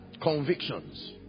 convictions